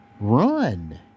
Run